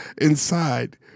inside